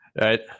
Right